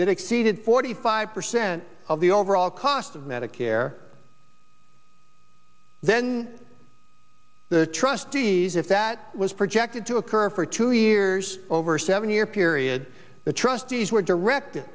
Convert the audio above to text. that exceeded forty five percent of the overall cost of medicare then the trustees if that was projected to occur for two years over seven year period the trustees were directed